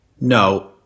No